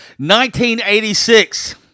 1986